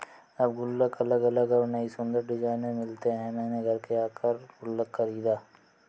अब गुल्लक अलग अलग और नयी सुन्दर डिज़ाइनों में मिलते हैं मैंने घर के आकर का गुल्लक खरीदा है